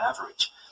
average